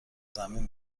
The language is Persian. زمین